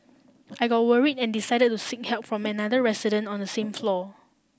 I got worried and decided to seek help from another resident on the same floor